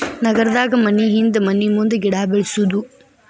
ನಗರದಾಗ ಮನಿಹಿಂದ ಮನಿಮುಂದ ಗಿಡಾ ಬೆಳ್ಸುದು